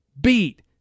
beat